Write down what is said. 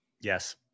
Yes